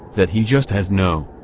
that he just has no,